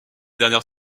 dernière